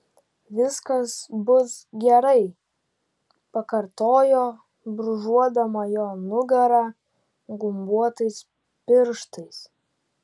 viskas bus gerai pakartojo brūžuodama jo nugarą gumbuotais pirštais